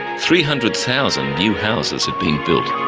three hundred thousand new houses had been built.